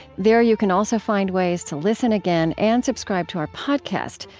there you can also find ways to listen again and subscribe to our podcast,